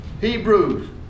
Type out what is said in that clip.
Hebrews